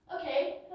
Okay